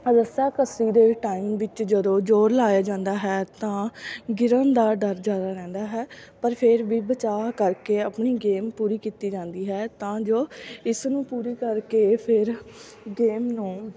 ਰੱਸਾਕੱਸੀ ਦੇ ਟਾਈਮ ਵਿੱਚ ਜਦੋਂ ਜ਼ੋਰ ਲਾਇਆ ਜਾਂਦਾ ਹੈ ਤਾਂ ਗਿਰਨ ਦਾ ਡਰ ਜ਼ਿਆਦਾ ਰਹਿੰਦਾ ਹੈ ਪਰ ਫਿਰ ਵੀ ਬਚਾਅ ਕਰਕੇ ਆਪਣੀ ਗੇਮ ਪੂਰੀ ਕੀਤੀ ਜਾਂਦੀ ਹੈ ਤਾਂ ਜੋ ਇਸ ਨੂੰ ਪੂਰੀ ਕਰਕੇ ਫਿਰ ਗੇਮ ਨੂੰ